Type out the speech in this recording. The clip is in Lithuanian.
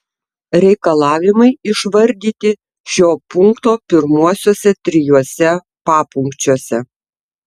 reikalavimai išvardyti šio punkto pirmuosiuose trijuose papunkčiuose